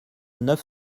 neuf